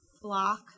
block